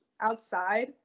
outside